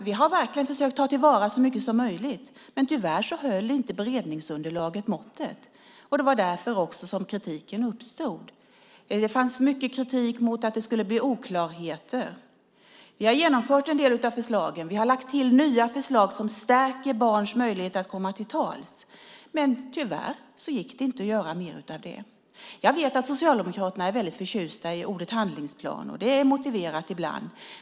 Vi har verkligen försökt att ta till vara så mycket som möjligt, men tyvärr höll inte beredningsunderlaget måttet. Det var därför som kritiken uppstod. Det fanns mycket kritik mot att det skulle bli oklarheter. Vi har genomfört en del av förslagen. Vi har lagt till nya förslag som stärker barns möjlighet att komma till tals, men tyvärr gick det inte att göra mer av det. Jag vet att Socialdemokraterna är förtjusta i ordet handlingsplan. De är ibland motiverade.